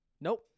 Nope